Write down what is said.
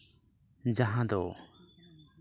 ᱡᱟᱦᱟᱸ ᱫᱚ